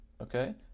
okay